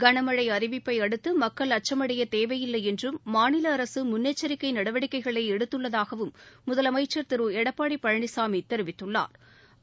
களமழை அறிவிப்பை அடுத்து மக்கள் அச்சமடைய தேவையில்லை என்றும் மாநில அரசு முன்னெச்சரிக்கை நடவடிக்கைகளை எடுத்துள்ளதாகவும் முதலமைச்சா் திரு எடப்பாடி பழனிசாமி தெரிவித்துள்ளா்